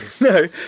No